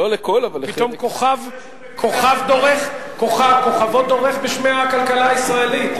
כוכבו דורך בשמי הכלכלה הישראלית.